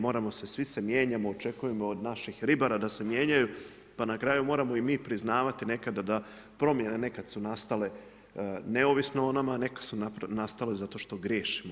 Moramo se, svi se mijenjamo, očekujemo od naših ribara da se mijenjaju, pa na kraju moramo i mi priznavati nekada da promjene nekad su nastale neovisno o nama, a neke su nastale zato što griješimo.